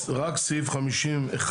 רק סעיף 50(1)